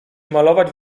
malować